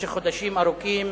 במשך חודשים ארוכים,